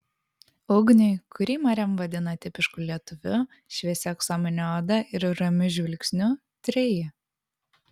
ugniui kurį mariam vadina tipišku lietuviu šviesia aksomine oda ir ramiu žvilgsniu treji